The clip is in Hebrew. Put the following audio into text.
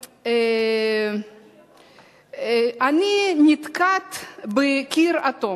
הזאת, ואני נתקעת בקיר אטום.